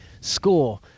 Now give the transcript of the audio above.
score